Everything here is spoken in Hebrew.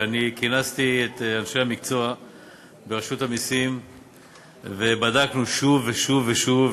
ואני כינסתי את אנשי המקצוע ברשות המסים ובדקנו שוב ושוב ושוב,